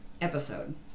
Episode